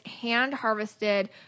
hand-harvested